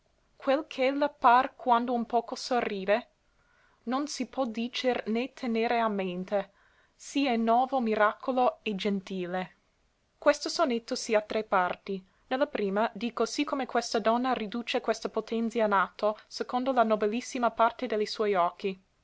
vide quel ch'ella par quando un poco sorride non si pò dicer né tenere a mente sì è novo miracolo e gentile questo sonetto sì ha tre parti ne la prima dico sì come questa donna riduce questa potenzia in atto secondo la nobilissima parte de li suoi occhi